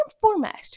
format